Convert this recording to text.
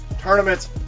Tournaments